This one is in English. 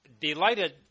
Delighted